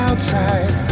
Outside